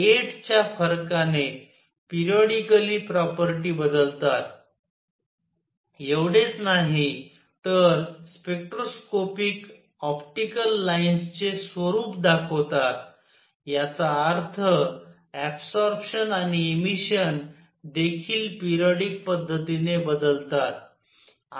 8 च्या फरकाने periodically property बदलतात एवढेच नाही तर स्पेक्ट्रोस्कोपिक ऑप्टिकल लाईन्सचे स्वरूप दाखवतात याचा अर्थ ऍबसॉरप्शन आणि इमिशन देखील पेरियॉडिक पद्धतीने बदलतात